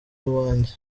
iwanjye